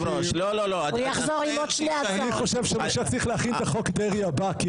אני חושב שמשה צריך להכין את חוק דרעי הבא,